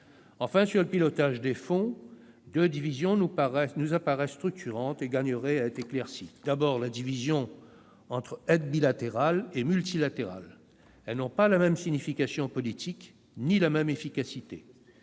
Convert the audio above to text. Enfin, à propos du pilotage des fonds, deux divisions nous apparaissent structurantes et gagneraient à être éclaircies : tout d'abord, la division entre aides bilatérales et aides multilatérales- elles n'ont ni la même signification politique ni la même efficacité